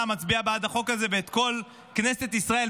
מצביע בעד החוק הזה ואת כל כנסת ישראל,